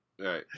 Right